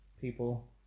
people